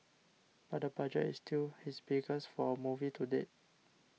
but the budget is still his biggest for a movie to date